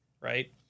right